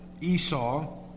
Esau